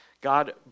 God